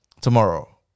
tomorrow